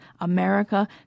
America